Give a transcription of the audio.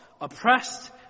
oppressed